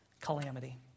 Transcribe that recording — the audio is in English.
calamity